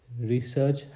research